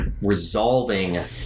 resolving